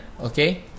okay